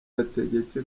yategetse